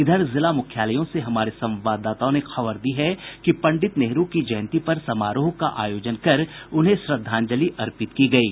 इधर जिला मुख्यालयों से हमारे संवाददाताओं ने खबर दी है कि पंडित नेहरू की जयंती पर समारोह का आयोजन कर उन्हें श्रद्धांजलि अर्पित की गयी